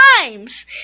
times